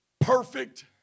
perfect